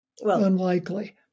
unlikely